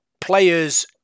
players